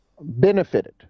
benefited